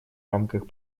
рамках